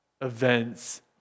events